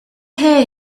here